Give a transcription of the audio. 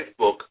Facebook